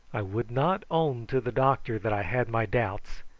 i would not own to the doctor that i had my doubts,